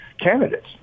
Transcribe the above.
candidates